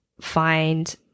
Find